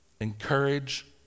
Encourage